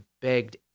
begged